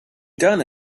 done